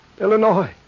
Illinois